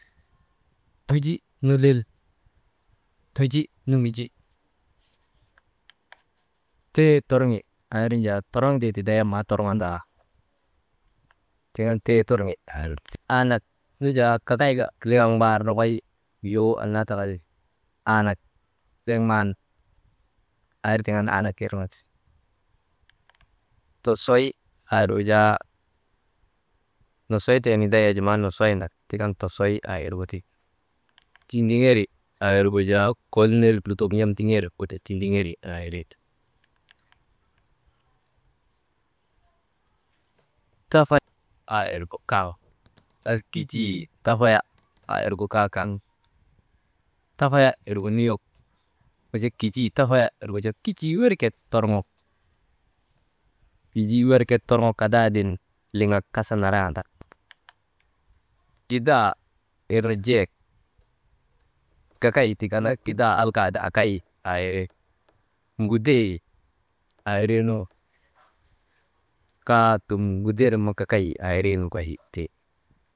Tuji nu lel, tuji nu Minji, tee torŋi aa irnu jaa toroŋtee tiday yak maa torŋondaa tiŋ an tee torŋi aa irnu ti, aa nak kakayka liŋak mbaar nokoy wuyoo annaa takati, aa nak dek man aa ir tiŋ an aa nak irnu ti, tosoy aa irgu jaa nosoy tee niday yak jaa maa nosoynad tik an tosoy aa irgu ti, tindiŋeri aa irgu jaa kol ner lutok n̰aaman niŋer guti tindiŋeri aa iri, tafaya aa irgu kaŋ kuta kijii tafaya aa irgu kaa kaŋ, tafaya irgu nuyok, wujaa kijii tafaya wirgu jaa kijii werket torŋok kadaadin liŋak kasa narandak gidaa irnu jiyek, gagay tik andaka gidaa alka ti akay aa iri, gudee aa irii nu kaa dum ŋudeenak ma gagay aa irii nokoy ti.